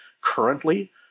currently